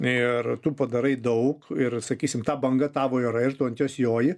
ir tu padarai daug ir sakysim ta banga tavo yra ir tu ant jos joji